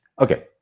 okay